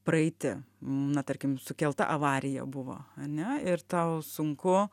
praeiti na tarkim sukelta avarija buvo ane ir tau sunku